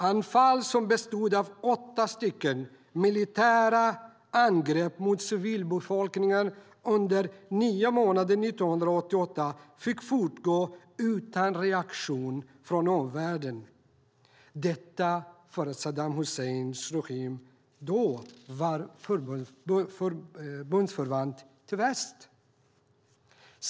Anfal, som bestod av åtta militära angrepp mot civilbefolkningen under nio månader 1988, fick fortgå utan någon reaktion från omvärlden, detta för att Saddam Husseins regim då var bundsförvant till väst.